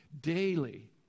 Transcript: Daily